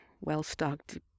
well-stocked